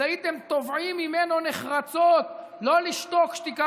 אז הייתם תובעים ממנו נחרצות לא לשתוק שתיקה